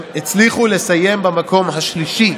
הם הצליחו לסיים במקום השלישי